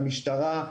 המשטרה,